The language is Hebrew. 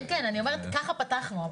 כן, אני אומרת שכך פתחנו.